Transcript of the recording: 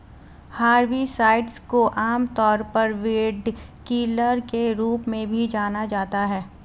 herbicides को आमतौर पर वीडकिलर के रूप में भी जाना जाता है